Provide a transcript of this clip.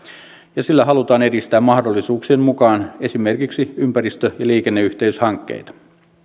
ja sillä halutaan edistää mahdollisuuksien mukaan esimerkiksi ympäristö ja liikenneyhteyshankkeita